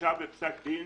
"הורשע בפסק דין